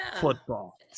football